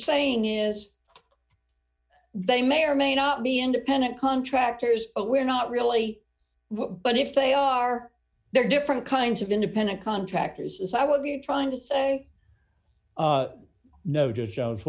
saying is they may or may not be independent contractors but we're not really but if they are they're different kinds of independent contractors as i would be trying to say no just